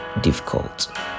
difficult